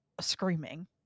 screaming